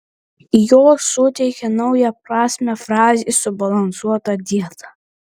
jos suteikia naują prasmę frazei subalansuota dieta